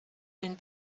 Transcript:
den